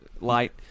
light